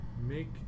Make